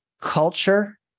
culture